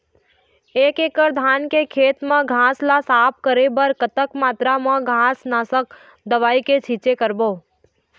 एक एकड़ धान के खेत मा घास ला साफ करे बर कतक मात्रा मा घास नासक दवई के छींचे करबो?